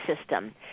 system